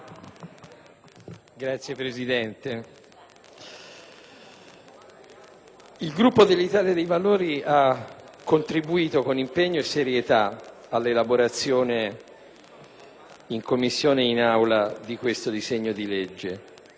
il Gruppo Italia dei Valori ha contribuito con impegno e serietà all'elaborazione in Commissione e in Aula di questo disegno di legge.